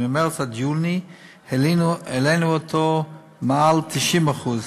וממרס עד יוני העלינו אותו מעל 90%,